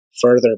further